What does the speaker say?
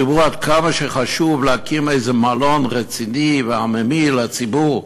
דיברו על כך שחשוב להקים איזה מלון רציני ועממי לציבור,